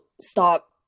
stop